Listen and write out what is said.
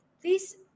please